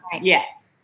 Yes